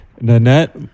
Nanette